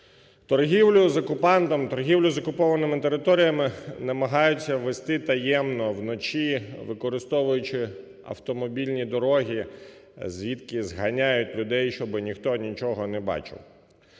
торгівлю з окупантом, торгівлю з окупованими територіями намагаються вести таємно вночі, використовуючи автомобільні дороги, звідки зганяють людей, щоб ніхто нічого не бачив.